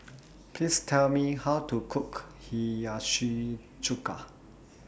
Please Tell Me How to Cook Hiyashi Chuka